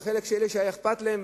בחלק של אלה שהיה אכפת להם,